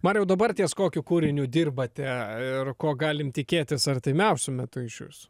mariau dabar ties kokiu kūriniu dirbate ir ko galim tikėtis artimiausiu metu iš jūsų